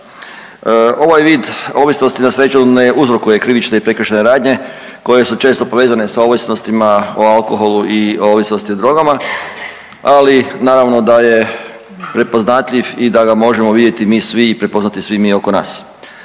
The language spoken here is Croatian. Ovaj vid ovisnosti na sreću ne uzrokuje krivične i prekršajne radnje koje su često povezane sa ovisnostima o alkoholu i ovisnosti o drogama, ali naravno da je prepoznatljiv i da ga možemo vidjeti mi svi i prepoznati svi mi oko nas.